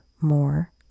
more